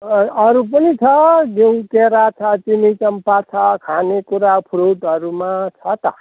अरू पनि छ घिउ केरा छ चिनी चम्पा छ खाने कुरा फ्रुटहरूमा छ त